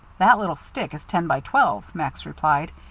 that little stick is ten-by-twelve, max replied.